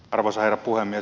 arvoisa herra puhemies